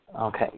Okay